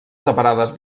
separades